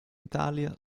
italia